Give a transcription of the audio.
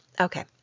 Okay